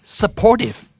supportive